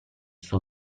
suo